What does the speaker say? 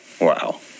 Wow